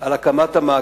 פרס ישראל על הקמת המאגר.